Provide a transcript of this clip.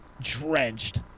drenched